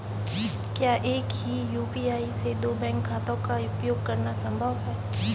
क्या एक ही यू.पी.आई से दो बैंक खातों का उपयोग करना संभव है?